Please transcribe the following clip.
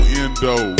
endo